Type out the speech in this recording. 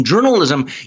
journalism